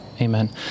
Amen